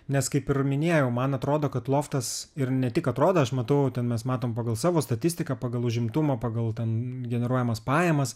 nes kaip ir minėjau man atrodo kad loftas ir ne tik atrodo aš matau ten mes matom pagal savo statistiką pagal užimtumą pagal ten generuojamas pajamas